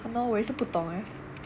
!hannor! 我也是不懂 leh